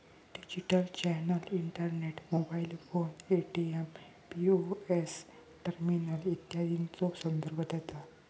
digital channel internet, mobile phone, ATM, POS terminal इत्यादीचो संदर्भ देता